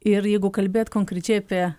ir jeigu kalbėt konkrečiai apie